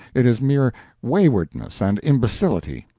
it is mere waywardness and imbecility.